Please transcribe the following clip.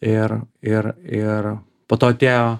ir ir ir po to atėjo